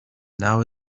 now